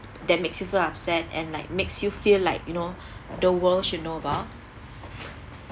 that makes you feel upset and like makes you feel like you know the world should know about